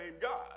God